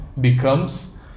becomes